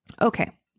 Okay